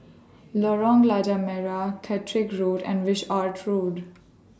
Lorong Merah Caterick Road and Wishart Road